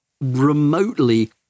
remotely